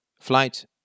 flight